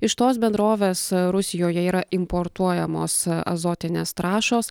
iš tos bendrovės rusijoje yra importuojamos azotinės trąšos